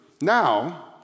Now